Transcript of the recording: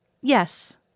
Yes